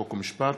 חוק ומשפט,